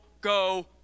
go